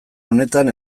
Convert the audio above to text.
honetan